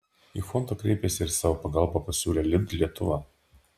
į fondą kreipėsi ir savo pagalbą pasiūlė lidl lietuva